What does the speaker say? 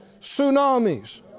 tsunamis